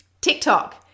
TikTok